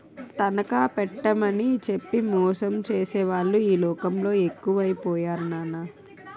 తనఖా పెట్టేమని చెప్పి మోసం చేసేవాళ్ళే ఈ లోకంలో ఎక్కువై పోయారు నాన్నా